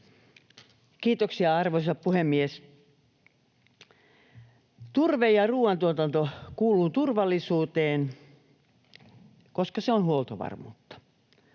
Kiitoksia, arvoisa puhemies! Turve‑ ja ruuantuotanto kuuluvat turvallisuuteen, koska ne ovat huoltovarmuutta.